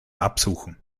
absuchen